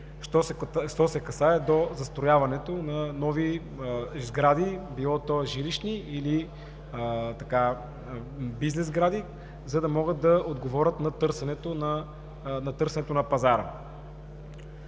що се касае до застрояването на нови сгради – било то жилищни, или бизнес сгради, за да могат да отговорят на търсенето на пазара.